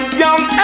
young